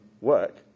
work